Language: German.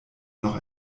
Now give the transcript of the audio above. noch